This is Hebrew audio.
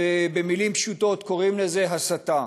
ובמילים פשוטות קוראים לזה הסתה,